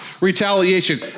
retaliation